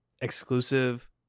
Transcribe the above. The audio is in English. exclusive